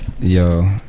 yo